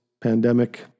pandemic